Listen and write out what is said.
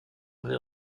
avait